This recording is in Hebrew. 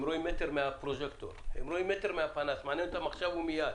הם רואים מטר מהפנס, מעניין אותם עכשיו ומיד.